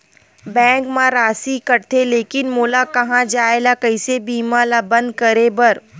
Bank मा राशि कटथे लेकिन मोला कहां जाय ला कइसे बीमा ला बंद करे बार?